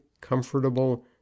comfortable